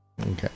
okay